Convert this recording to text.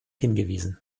hingewiesen